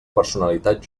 personalitat